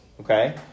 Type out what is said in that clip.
okay